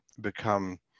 become